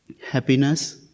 Happiness